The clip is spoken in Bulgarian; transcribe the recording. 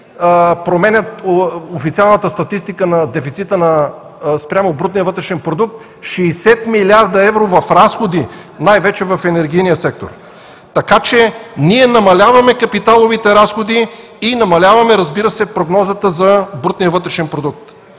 променят официалната статистика на дефицита спрямо брутния вътрешен продукт – 60 млрд. евро в разходи, най-вече в енергийния сектор, така че ние намаляваме капиталовите разходи и намаляваме, разбира се, прогнозата за брутния вътрешен продукт.